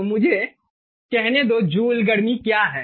तो मुझे कहने दो जूल गर्मी क्या है